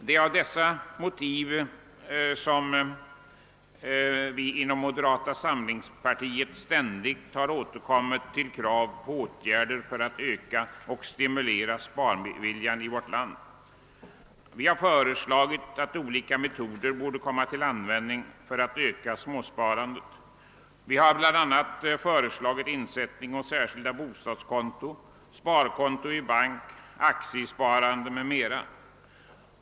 Det är dessa motiv som har utgjort grunden för moderata samlingspartiets ständigt återkommande krav på åtgärder för att öka och stimulera sparviljan i vårt land. Vi bar föreslagit olika me toder som borde komma till användning för att öka småsparandet, såsom insättning på särskilt bostadskonto, sparkonto i bank, aktiesparande m.m.